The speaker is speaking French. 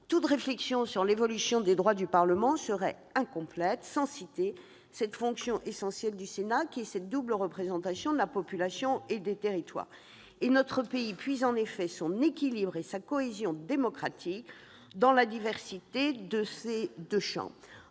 Toute réflexion sur l'évolution des droits du Parlement serait incomplète sans citer la fonction essentielle du Sénat qu'est la double représentation de la population et des territoires. Notre pays puise son équilibre et sa cohésion démocratique dans la diversité de ses deux chambres.